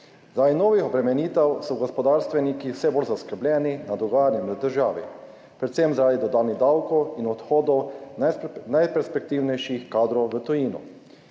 Zaradi novih obremenitev so gospodarstveniki vse bolj zaskrbljeni nad dogajanjem v državi, predvsem zaradi dodanih davkov in odhodov najperspektivnejših kadrov v tujino.